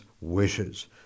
wishes